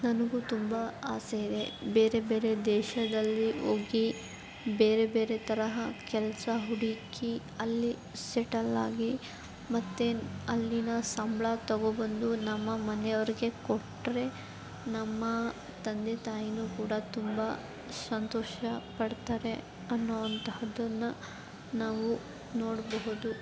ನನಗೂ ತುಂಬ ಆಸೆ ಇದೆ ಬೇರೆ ಬೇರೆ ದೇಶದಲ್ಲಿ ಹೋಗಿ ಬೇರೆ ಬೇರೆ ತರಹ ಕೆಲಸ ಹುಡುಕಿ ಅಲ್ಲಿ ಸೆಟಲ್ ಆಗಿ ಮತ್ತೆ ಅಲ್ಲಿನ ಸಂಬಳ ತಗೊಂಡ್ಬಂದು ನಮ್ಮ ಮನೆಯವ್ರಿಗೆ ಕೊಟ್ಟರೆ ನಮ್ಮ ತಂದೆ ತಾಯಿಯೂ ಕೂಡ ತುಂಬ ಸಂತೋಷ ಪಡ್ತಾರೆ ಅನ್ನುವಂತಹದ್ದನ್ನ ನಾವು ನೋಡಬಹುದು